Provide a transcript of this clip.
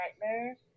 Nightmare